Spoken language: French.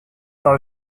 par